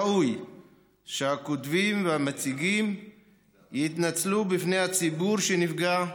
ראוי שהכותבים והמציגים יתנצלו בפני הציבור שנפגע,